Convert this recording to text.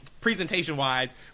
presentation-wise